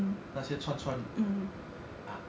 那些串串 ah